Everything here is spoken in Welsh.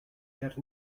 ger